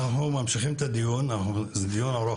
אנחנו ממשיכים את הדיון על פי